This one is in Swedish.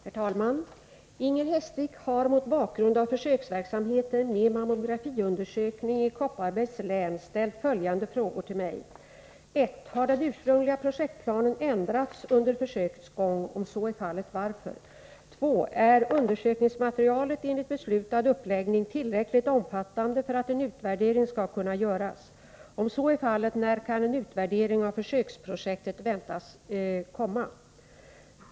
Herr talman! Inger Hestvik har mot bakgrund av försöksverksamheten med mammografiundersökning i Kopparbergs län ställt följande frågor till mig. 1. Harden ursprungliga projektplanen ändrats under försökets gång? Om så är fallet — varför? 2. Är undersökningsmaterialet enligt beslutad uppläggning tillräckligt omfattande för att en utvärdering skall kunna göras? Om så är fallet, när kan en utvärdering av försöksprojektet väntas komma?